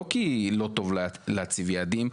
לא כי לא טוב להציב יעדים,